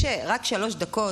יש רק שלוש דקות,